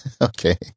Okay